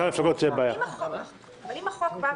בפסקה (1) פסקת הזכאות - במקום "לכל חודש מיום